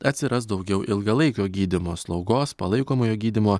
atsiras daugiau ilgalaikio gydymo slaugos palaikomojo gydymo